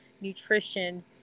nutrition